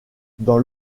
dans